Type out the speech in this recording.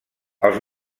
els